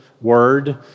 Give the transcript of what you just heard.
word